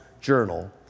journal